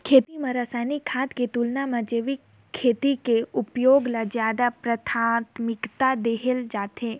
खेती म रसायनिक खाद के तुलना म जैविक खेती के उपयोग ल ज्यादा प्राथमिकता देहे जाथे